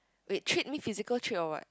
wait treat mean physical treat or what